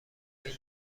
بین